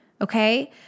Okay